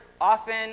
often